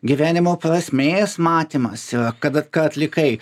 gyvenimo prasmės matymas yra kada ką atlikai